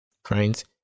Friends